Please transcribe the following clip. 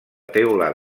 teula